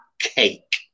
cake